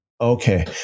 okay